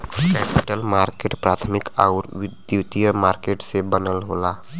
capital market प्राथमिक आउर द्वितीयक मार्केट से बनल होला